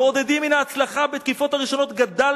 "מעודדים מן ההצלחה בתקיפות הראשונות גדל